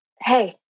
Hey